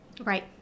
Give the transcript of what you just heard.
Right